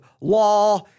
law